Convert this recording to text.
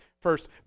first